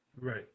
Right